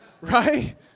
right